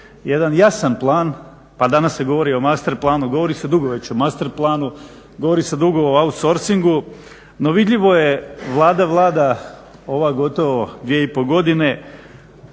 jedan jasan plan, pa danas se govori o master planu, govori se dugo već o master planu, govori se dugo o outsourcingu. No vidljivo je Vlada vlada ova gotovo 2,5 godine